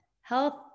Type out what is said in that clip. health